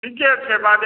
ठीके छै बाद